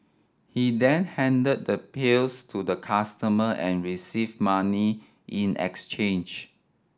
he then handed the pills to the customer and received money in exchange